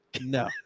No